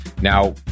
now